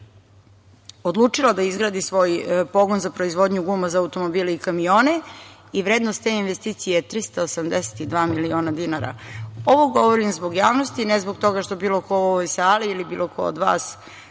odlučila da izgradi svoj pogon za proizvodnju guma za automobile i kamione. Vrednost te investicije je 382 miliona dinara. Ovo govorim zbog javnosti, ne zbog toga što bilo ko u ovoj sali ili bilo ko od vas